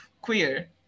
queer